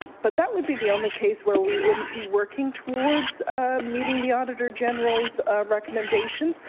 but that would be the only case where we wouldn't be working towards meeting the auditor general's recommendations.